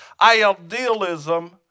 idealism